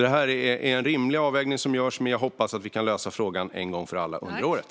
Det är en rimlig avvägning som görs, och jag hoppas att vi kan lösa frågan en gång för alla under året.